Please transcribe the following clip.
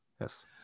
Yes